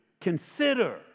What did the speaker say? consider